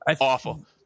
awful